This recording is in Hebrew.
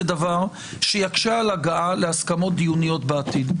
זה דבר שיקשה להגעה על הסכמות דיוניות בעתיד.